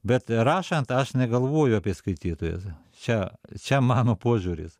bet rašant aš negalvoju apie skaitytojus čia čia mano požiūris